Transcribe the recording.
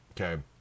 okay